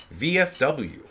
VFW